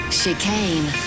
chicane